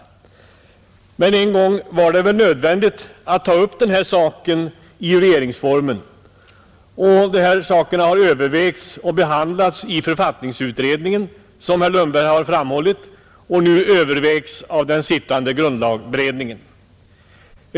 En gång var det väl nödvändigt att ta upp sådana saker i regeringsformen. Dessa frågor har, som herr Lundberg framhållit, övervägts och behandlats i författningsutredningen och övervägs nu av den sittande grundlagberedningen.